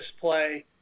play